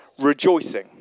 rejoicing